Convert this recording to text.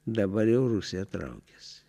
dabar jau rusija traukiasi